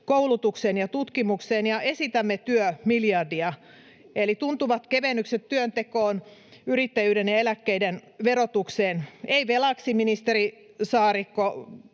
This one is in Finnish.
koulutukseen ja tutkimukseen ja esitämme työmiljardia, eli tuntuvat kevennykset työntekoon, yrittäjyyden ja eläkkeiden verotukseen. Ei velaksi — ministeri Saarikko,